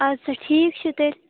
آد سا ٹھیٖک چھِ تیٚلہِ